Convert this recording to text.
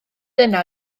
dyna